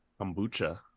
Kombucha